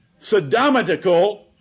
sodomitical